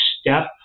step